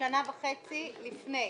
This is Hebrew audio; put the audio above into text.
שנה וחצי לפני.